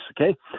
okay